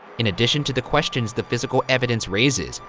in additions to the questions the physical evidence raises,